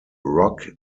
rock